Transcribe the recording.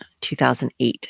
2008